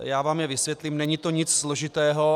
Já vám je vysvětlím, není to nic složitého.